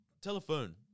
Telephone